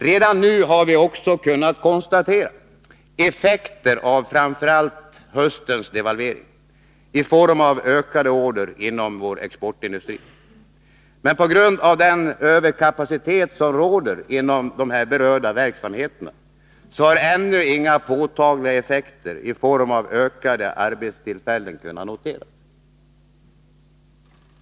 Redan nu har vi också kunnat konstatera effekter av framför allt höstens devalvering i form av ökad orderingång inom exportindustrin. På grund av den överkapacitet som råder inom berörda verksamheter har ännu inga påtagliga effekter i form av ökade arbetstillfällen noterats.